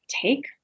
take